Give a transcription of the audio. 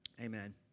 Amen